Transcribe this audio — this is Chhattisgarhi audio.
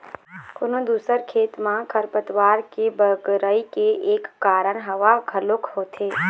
कोनो दूसर खेत म खरपतवार के बगरई के एक कारन हवा घलोक होथे